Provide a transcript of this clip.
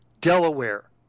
Delaware